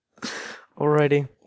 Alrighty